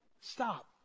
Stop